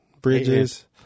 Bridges